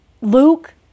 Luke